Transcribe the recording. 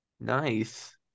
Nice